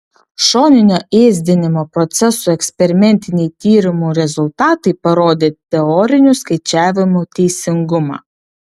šoninio ėsdinimo procesų eksperimentiniai tyrimų rezultatai parodė teorinių skaičiavimų teisingumą